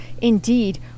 indeed